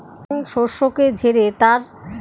ধান শস্যকে ঝেড়ে তার খোসা থেকে আলাদা করা হয়